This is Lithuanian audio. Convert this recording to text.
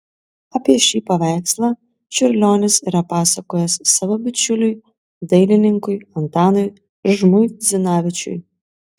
apie šį paveikslą čiurlionis yra pasakojęs savo bičiuliui dailininkui antanui žmuidzinavičiui